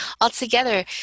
altogether